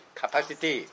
capacity